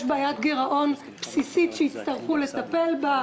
בעיית גירעון בסיסית שיצטרכו לטפל בה.